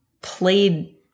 played